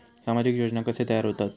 सामाजिक योजना कसे तयार होतत?